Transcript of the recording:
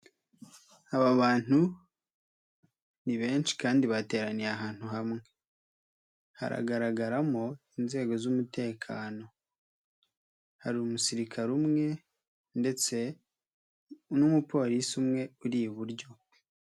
Aba bantu ni benshi kandi bateraniye ahantu hamwe. Haragaragaramo inzego z'umutekano. Hari umusirikare umwe ndetse n'umupolisi umwe uri iburyo.